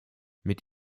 mit